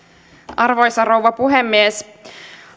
arvoisa rouva puhemies